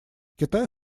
китай